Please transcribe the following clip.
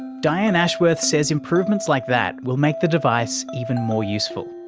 dianne ashworth says improvements like that will make the device even more useful.